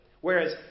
Whereas